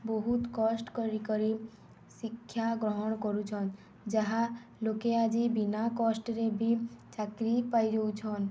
ବହୁତ କଷ୍ଟ କରିକରି ଶିକ୍ଷା ଗ୍ରହଣ କରୁଛନ୍ ଯାହା ଲୋକେ ଆଜି ବିନା କଷ୍ଟରେ ବି ଚାକିରି ପାଇଯଉଛନ୍